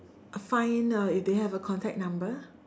find uh if they have a contact number